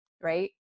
right